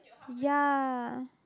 ya